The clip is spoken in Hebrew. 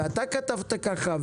אתה כתבת ככה,